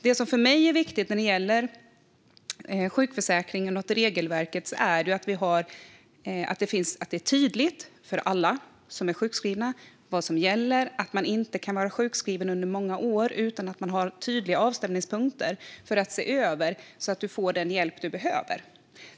Det som för mig är viktigt när det gäller sjukförsäkringen och regelverket är att det är tydligt för alla som är sjukskrivna vad som gäller, att du inte kan vara sjukskriven under många år utan tydliga avstämningspunkter för att se över att du får den hjälp du behöver.